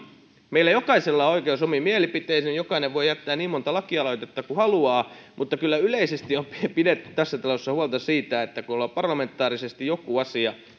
meillä jokaisella on oikeus omiin mielipiteisiin ja jokainen voi jättää niin monta lakialoitetta kuin haluaa mutta kyllä yleisesti on pidetty tässä talossa huolta siitä että kun ollaan parlamentaarisesti joku asia